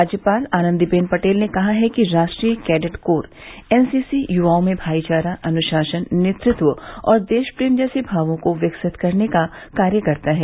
राज्यपाल आनंदीबेन पटेल ने कहा है कि राष्ट्रीय कैंडेट कोर एनसीसी युवाओं में भाईचारा अनुशासन नेतृत्व और देशप्रेम जैसे भावों को विकसित करने का कार्य करता है